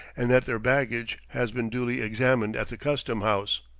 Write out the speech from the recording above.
and that their baggage has been duly examined at the custom-house.